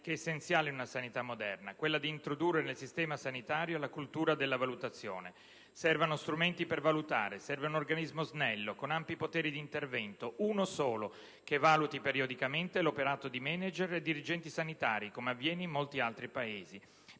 che è essenziale nella sanità moderna: quella di introdurre nel sistema sanitario la cultura della valutazione. Servono strumenti per valutare: serve un organismo snello - uno solo - con ampi poteri di intervento, che valuti periodicamente l'operato di *manager* e dirigenti sanitari, come avviene in molti altri Paesi.